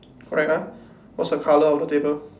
correct ah what's the colour of the table